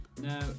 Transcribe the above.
Now